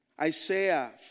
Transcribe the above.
Isaiah